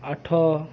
ଆଠ